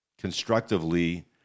constructively